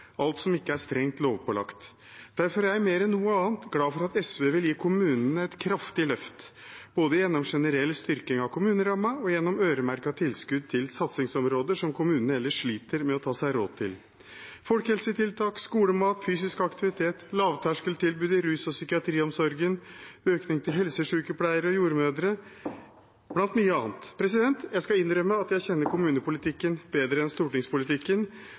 alt som ikke er strengt lovpålagt. Derfor er jeg mer enn noe annet glad for at SV vil gi kommunene et kraftig løft, både gjennom generell styrking av kommunerammen og gjennom øremerkede tilskudd til satsingsområder som kommunene ellers sliter med å ta seg råd til, som folkehelsetiltak, skolemat, fysisk aktivitet, lavterskeltilbud i rus- og psykiatriomsorgen og økning til helsesykepleiere og jordmødre, blant mye annet. Jeg skal innrømme at jeg kjenner kommunepolitikken bedre enn stortingspolitikken,